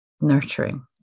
nurturing